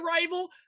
rival